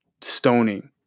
stoning